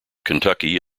kentucky